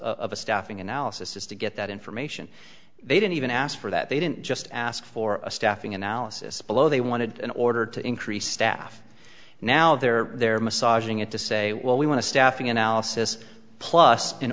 a staffing analysis is to get that information they didn't even ask for that they didn't just ask for a staffing analysis below they wanted in order to increase staff now they're there massaging it to say well we want to staffing analysis plus in